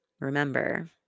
remember